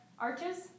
Arches